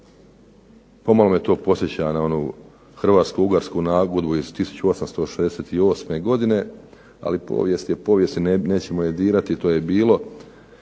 Pomalo me to podsjeća na onu hrvatsko-ugarsku nagodbu iz 1868. godine, ali povijest je povijest i nećemo je dirati, to je bilo.